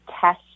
test